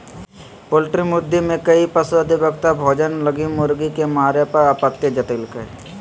poultry मुद्दे में कई पशु अधिवक्ता भोजन लगी मुर्गी के मारे पर आपत्ति जतैल्कय